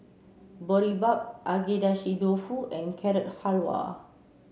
Boribap Agedashi Dofu and Carrot Halwa